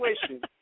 situation